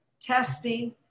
testing